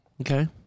Okay